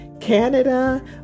Canada